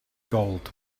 gold